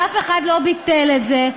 ואף אחד לא ביטל את זה.